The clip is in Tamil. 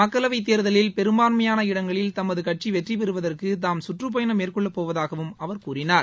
மக்களவைத் தேர்தலில் பெரும்பான்மையான இடங்களில் தமது கட்சி வெற்றிபெறுவதற்கு தாம் சுற்றுப்பயணம் மேற்கொள்ளப்போவதாகவும் அவர் கூறினார்